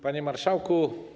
Panie Marszałku!